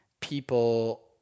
people